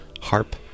harp